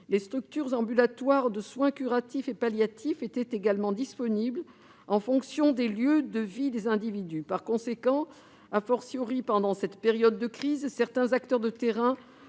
Les structures ambulatoires de soins curatifs et palliatifs étaient inégalement disponibles en fonction des lieux de vie des individus. Par conséquent, pendant cette période de crise, certains acteurs de terrain